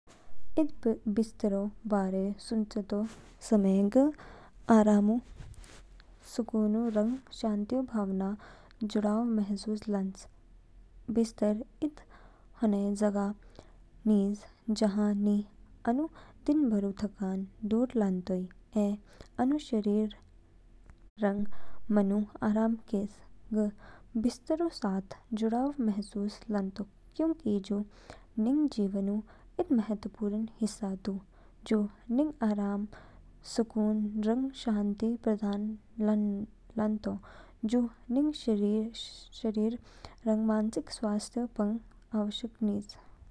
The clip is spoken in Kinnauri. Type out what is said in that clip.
इद बिस्तरऊ बारे सुचेतो समय, ग आराम, सुकून रंग शांतिऊ भावनास जुड़ाव महसूस लान्च। बिस्तर इद होने जगह निज जहाँ नि आनु दिनभरऊ थकानऊ दूर लान्तोइ ऐ आनु शरीर रंग मनऊ आराम कैज। ग बिस्तरऊ साथ जुड़ाव महसूस लानतोक क्योंकि जू निंग जीवनऊ इद महत्वपूर्ण हिस्सा दू। जू निगू आराम, सुकून रंग शांति प्रदान लानतो, जू निग शारीरिक रंग मानसिक स्वास्थ्य पंग आवश्यक निज।